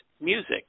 music